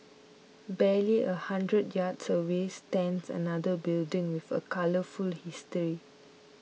barely a hundred yards away stands another building with a colourful history